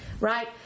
right